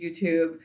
YouTube